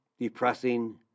depressing